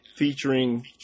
Featuring